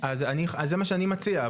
אז זה מה שאני מציע,